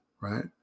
right